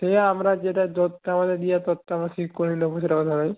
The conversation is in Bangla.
সে আমরা যেটা ধরতে হবে দিয়ে করতে হবে ঠিক করে নেব সেটা ব্যাপার নয়